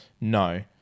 No